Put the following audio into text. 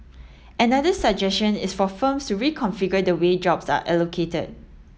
another suggestion is for firms to reconfigure the way jobs are allocated